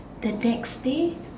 the next day